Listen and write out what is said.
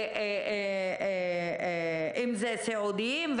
אם זה סיעודיים,